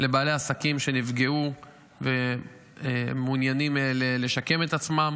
לבעלי עסקים שנפגעו ומעוניינים לשקם את עצמם.